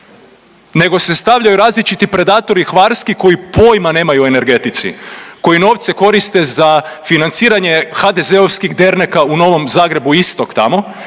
nego se stavljaju različiti predatori hvarski koji pojma nemaju o energetici, koji novce koriste za financiranje HDZ-ovskih derneka u Novom Zagrebu istok, tamo,